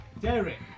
Derek